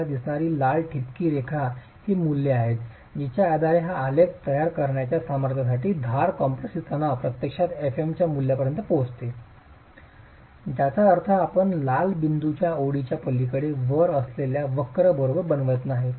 आपल्याला दिसणारी लाल ठिपकी रेखा ही मूल्य आहे जिच्या आधारे हा आलेख तयार करण्याच्या सामर्थ्यासाठी धार कॉम्प्रेसिव्ह तणाव प्रत्यक्षात fm च्या मूल्यापर्यंत पोहोचते ज्याचा अर्थ आपण लाल बिंदूच्या ओळीच्या पलीकडे वर असलेले वक्र खरोखर बनवित नाही